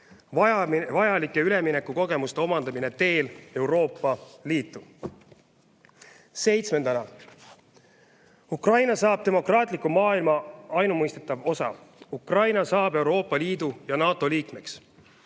vajalike üleminekukogemuste omandamine teel Euroopa Liitu. Seitsmendaks, Ukrainast saab demokraatliku maailma ainumõistetav osa, Ukraina saab Euroopa Liidu ja NATO liikmeks.